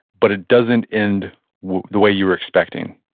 but it doesn't end the way you were expecting?